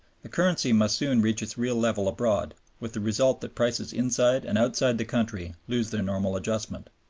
the currency must soon reach its real level abroad, with the result that prices inside and outside the country lose their normal adjustment.